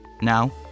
Now